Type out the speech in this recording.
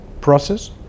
process